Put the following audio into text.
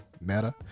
Meta